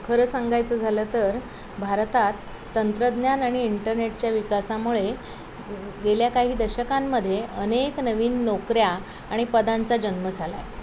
खरं सांगायचं झालं तर भारतात तंत्रज्ञान आणि इंटरनेटच्या विकासामुळे गेल्या काही दशकांमध्ये अनेक नवीन नोकऱ्या आणि पदांचा जन्म झाला आहे